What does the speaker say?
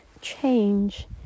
change